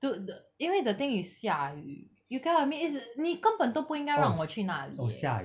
the the 因为 the thing is 下雨 you get what I mean it's 你根本都不应该让我去那里 eh